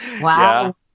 Wow